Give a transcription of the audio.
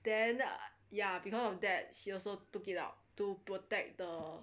then ya because of that she also took it out to protect the